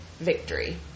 victory